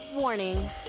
Warning